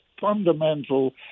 fundamental